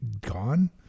gone